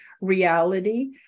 reality